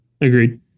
Agreed